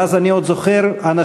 ואז אני עוד זוכר אנשים,